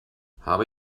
habe